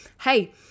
hey